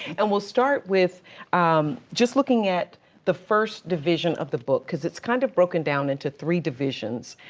and we'll start with just looking at the first division of the book cause it's kind of broken down into three divisions.